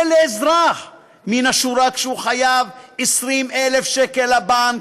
לאזרח מן השורה כשהוא חייב 20,000 שקל לבנק,